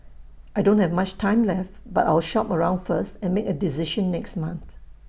I don't have much time left but I'll shop around first and make A decision next month